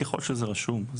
ככל שזה רשום.